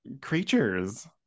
creatures